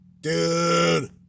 Dude